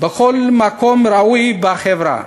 בכל מקום ראוי בחברה.